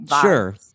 sure